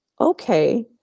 okay